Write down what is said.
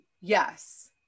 Yes